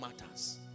matters